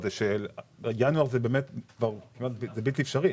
בלתי אפשרי.